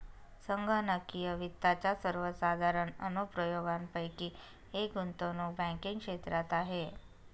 संगणकीय वित्ताच्या सर्वसाधारण अनुप्रयोगांपैकी एक गुंतवणूक बँकिंग क्षेत्रात आहे